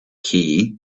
key